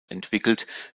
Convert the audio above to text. entwickelt